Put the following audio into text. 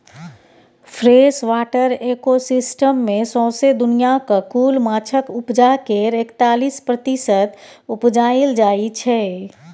freshwater ecosystem मे सौसें दुनियाँक कुल माछक उपजा केर एकतालीस प्रतिशत उपजाएल जाइ छै